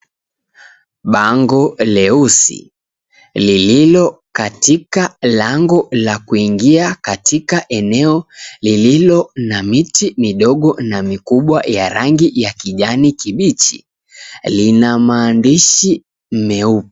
Bango leusi ,lililo katika lango la kuingia katika eneo lililo na miti midogo na mikubwa ya rangi ya kijani kibichi, lina maandishi meupe.